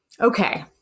okay